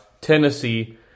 Tennessee